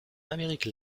amérique